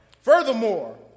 Furthermore